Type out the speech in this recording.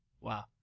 Wow